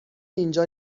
اینجا